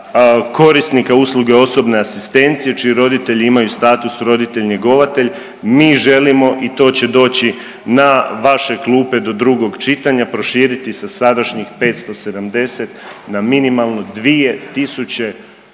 korisnika usluge osobne asistencije čiji roditelji imaju status roditelj njegovatelj mi želimo, i to će doći na vaše klupe do drugog čitanja, proširiti sa sadašnjih 570 na minimalno 2 tisuće